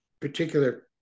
particular